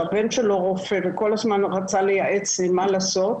שהבן שלו רופא וכל הזמן רצה לייעץ לי מה לעשות,